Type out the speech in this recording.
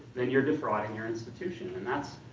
then you're defrauding your institution and that's,